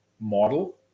model